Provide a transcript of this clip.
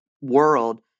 world